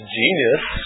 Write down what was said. genius